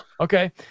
Okay